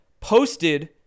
posted